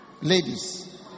Ladies